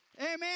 Amen